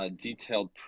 detailed